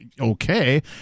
okay